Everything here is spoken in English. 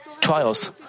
trials